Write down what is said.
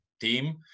team